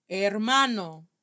Hermano